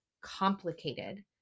complicated